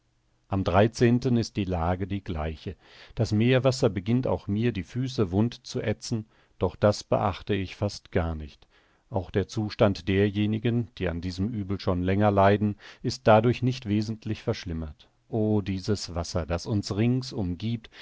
am ist die lage die gleiche das meerwasser beginnt auch mir die füße wund zu ätzen doch das beachte ich fast gar nicht auch der zustand derjenigen die an diesem uebel schon länger leiden ist dadurch nicht wesentlich verschlimmert o dieses wasser das uns rings umgiebt